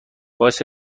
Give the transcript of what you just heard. باعث